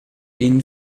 ihnen